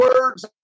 words